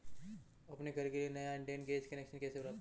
अपने घर के लिए नया इंडियन गैस कनेक्शन कैसे प्राप्त करें?